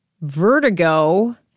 Vertigo